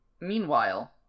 Meanwhile